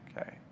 Okay